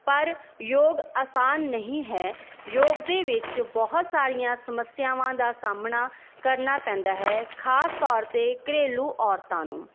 ਪਰ ਯੋਗ ਆਸਾਨ ਨਹੀਂ ਹੈ ਯੋਗ ਦੇ ਵਿੱਚ ਬਹੁਤ ਸਾਰੀਆਂ ਸਮੱਸਿਆਵਾਂ ਦਾ ਸਾਹਮਣਾ ਕਰਨਾ ਪੈਂਦਾ ਹੈ ਖਾਸ ਤੌਰ 'ਤੇ ਘਰੇਲੂ ਔਰਤਾਂ ਨੂੰ